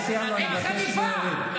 אתה ציוני, אני לא.